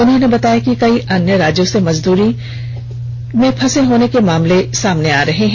उन्होंने बताया कि कई अन्य राज्यों से मजदूरों की फंसे होने के मामले सामने आ रहे हैं